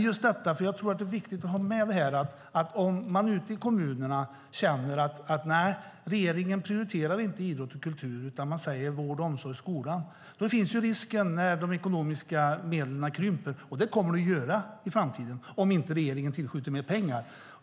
Jag tror att det är viktigt att ha med att man ute i kommunerna kan känna att regeringen inte prioriterar idrott och kultur utan talar om vård, omsorg och skola. De ekonomiska medlen kommer att krympa i framtiden om inte regeringen tillskjuter mer pengar.